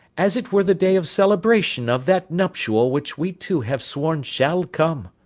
as it were the day of celebration of that nuptial which we two have sworn shall come.